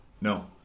No